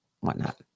whatnot